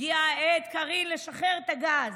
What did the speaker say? הגיעה העת, קארין, לשחרר את הגז.